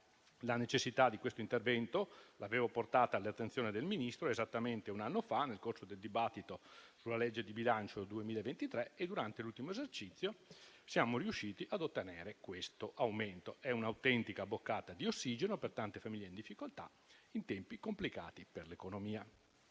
La necessità di questo intervento l'avevo portata all'attenzione del Ministro esattamente un anno fa, nel corso del dibattito sulla legge di bilancio 2023; durante l'ultimo esercizio siamo riusciti ad ottenere questo aumento. È un'autentica boccata di ossigeno per tante famiglie in difficoltà, in tempi complicati per l'economia.